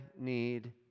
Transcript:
need